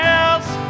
else